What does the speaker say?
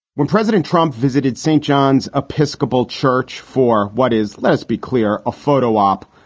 when president trump visited st. john's episcopal church for what is, let's be clear, a photo op.